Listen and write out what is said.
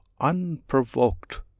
unprovoked